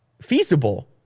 feasible